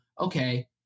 okay